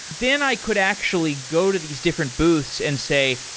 then i could actually go to these different booths and say,